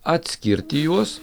atskirti juos